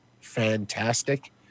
fantastic